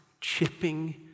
chipping